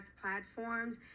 platforms